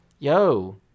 Yo